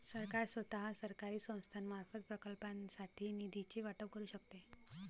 सरकार स्वतः, सरकारी संस्थांमार्फत, प्रकल्पांसाठी निधीचे वाटप करू शकते